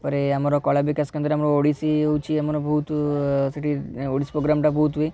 ତା'ପରେ ଆମର କଳା ବିକାଶ କେନ୍ଦ୍ରରେ ଆମର ଓଡ଼ିଶୀ ହେଉଛି ଆମର ବହୁତ ସେଠି ଓଡ଼ିଶୀ ପ୍ରୋଗ୍ରାମ୍ଟା ବହୁତ ହୁଏ